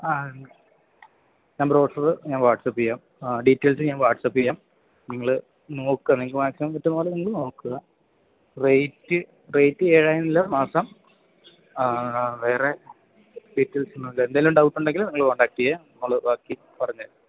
ആഹ് ആഹ് നമ്പറ് കൊടുത്തത് ഞാന് വാട്ട്സപ്പ് ചെയ്യാം ആ ഡീറ്റേയ്ല്സ് ഞാന് വാട്ട്സപ്പ് ചെയ്യാം നിങ്ങൾ നോക്കുക നിങ്ങൾക്ക് മാക്സിമം പറ്റുന്ന പോലെ നിങ്ങൾ നോക്കുക റേറ്റ് റേറ്റ് എഴായിരം രൂപ മാസം ആഹ് വേറെ ഡീറ്റെയിൽസ് ഒന്നും ഇല്ല എന്തെങ്കിലും ഡൗട്ട് ഉണ്ടെങ്കിൽ നിങ്ങൾ കോണ്ഡാക്റ്റ് ചെയ്യുക നമ്മൾ ബാക്കി പറഞ്ഞ് തരാം